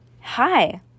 Hi